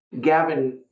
Gavin